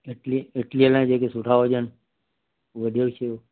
इडली इडलीअ लाइ जेके सुठा हुजनि उहे ॾेई छॾियो